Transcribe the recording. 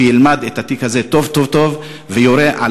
שילמד את התיק הזה טוב טוב טוב ויורה על